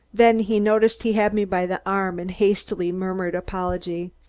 then he noticed he had me by the arm and hastily murmured apology.